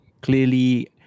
clearly